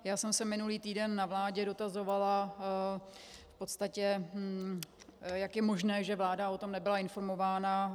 Já jsem se minulý týden na vládě dotazovala v podstatě, jak je možné, že vláda o tom nebyla informována.